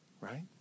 right